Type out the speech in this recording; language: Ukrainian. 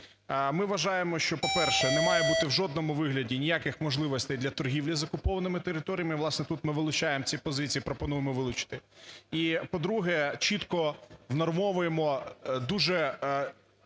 Ми вважаємо, що, по-перше, не має бути в жодному вигляді ніяких можливостей для торгівлі з окупованими територіями, власне, тут ми вилучаємо ці позиції, пропонуємо вилучити і, по-друге, чітко внормовуємо дуже